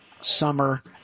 summer